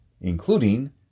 including